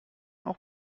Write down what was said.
auch